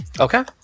okay